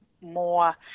more